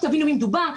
שתבינו במי מדובר,